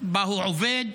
ושבה הוא עובד.